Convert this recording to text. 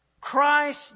Christ